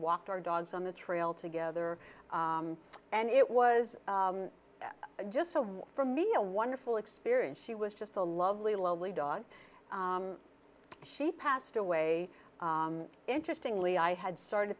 walked our dogs on the trail together and it was just for me a wonderful experience she was just a lovely lovely dog she passed away interestingly i had started